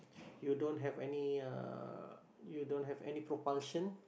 you don't have any uh you don't have propulsion